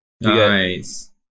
Nice